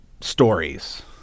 stories